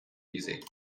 music